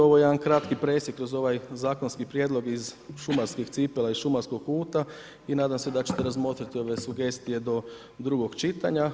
Ovo je jedan kratki presjek kroz ovaj zakonski prijedlog iz šumarskih cipela iz šumarskog kuta i nadam se da ćete razmotriti ove sugestije do drugog čitanja.